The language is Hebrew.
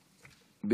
מס' 1014, 1030 ו-1032.